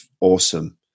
awesome